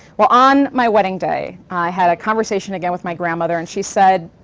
well, on my wedding day, i had a conversation again with my grandmother, and she said,